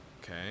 okay